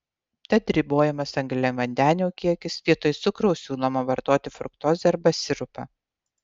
tad ribojamas angliavandenių kiekis vietoj cukraus siūloma vartoti fruktozę arba sirupą